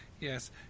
Yes